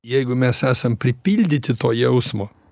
jeigu mes esam pripildyti to jausmo